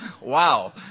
Wow